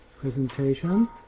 presentation